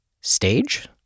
stage